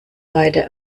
beide